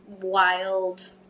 wild